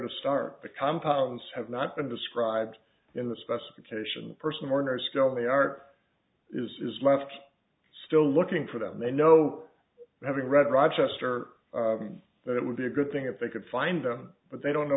to start the compounds have not been described in the specifications person mourners fill the ark is left still looking for them they know having read rochester that it would be a good thing if they could find them but they don't know